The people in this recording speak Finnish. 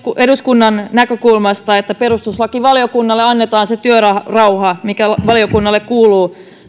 eduskunnan näkökulmasta että perustuslakivaliokunnalle annetaan se työrauha mikä valiokunnalle kuuluu